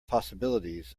possibilities